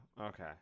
okay